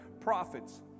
prophets